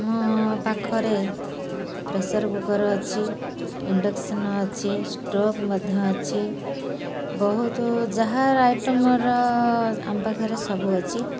ଆମ ପାଖରେ pressure cooker ଅଛି ଇଣ୍ଡକ୍ସନ୍ ଅଛି ଷ୍ଟୋଭ୍ ମଧ୍ୟ ଅଛି ବହୁତ ଯାହା ଆଇଟମ୍ର ଆମ ପାଖରେ ସବୁ ଅଛି